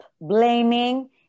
blaming